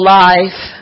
life